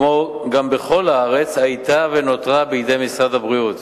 כמו גם בכל הארץ, היתה ונותרה בידי משרד הבריאות.